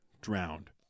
drowned